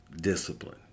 discipline